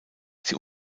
sie